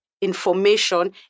information